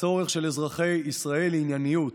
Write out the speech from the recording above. בצורך של אזרחי ישראל לענייניות,